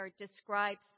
describes